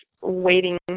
waiting